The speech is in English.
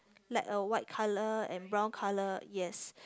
like a white colour and brown colour yes